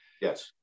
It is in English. yes